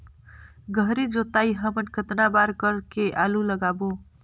गहरी जोताई हमन कतना बार कर के आलू लगाबो?